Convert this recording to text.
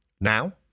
Now